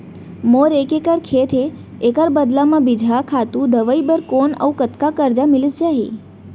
मोर एक एक्कड़ खेत हे, एखर बदला म बीजहा, खातू, दवई बर कोन अऊ कतका करजा मिलिस जाही?